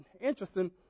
interesting